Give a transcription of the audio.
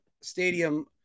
Stadium